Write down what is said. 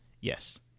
Yes